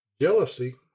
Jealousy